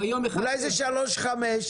אולי זה שלוש חמש?